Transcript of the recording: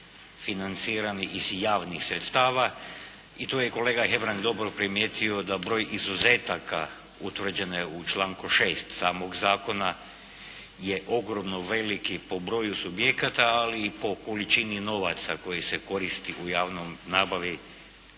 financiran iz javnih sredstava i to je kolega Hebrang dobro primijetio da broj izuzetaka utvrđene u članku 6. samog zakona je ogromno velik i po broju subjekata ali i po količini novaca koji se koristi u javnoj nabavi